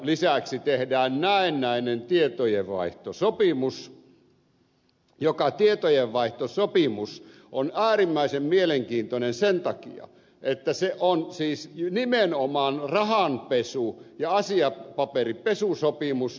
lisäksi tehdään näennäinen tietojenvaihtosopimus joka tietojenvaihtosopimus on äärimmäisen mielenkiintoinen sen takia että se on siis nimenomaan rahanpesu ja asiapaperinpesusopimus